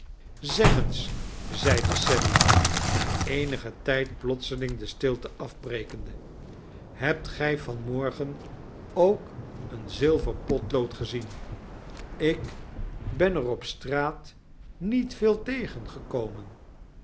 eens zeide sally na eenigentijd plotseling de stilte afbrekende hebt gij van morgen ook een zilver potlood gezien ik ben er op straat niet veel tegengekomen